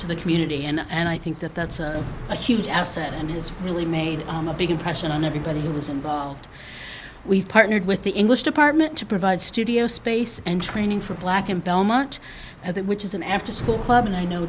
to the community and i think that that's a huge asset and his really made a big impression on everybody who was involved we partnered with the english department to provide studio space and training for black in belmont and that which is an after school club and i know